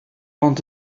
ond